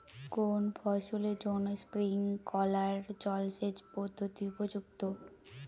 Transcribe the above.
কোন ফসলের জন্য স্প্রিংকলার জলসেচ পদ্ধতি উপযুক্ত?